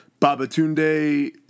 Babatunde